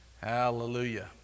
Hallelujah